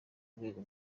rwego